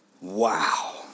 Wow